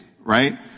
right